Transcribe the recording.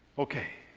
okay.